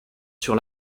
sur